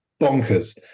bonkers